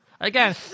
Again